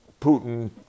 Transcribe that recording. Putin